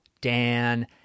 Dan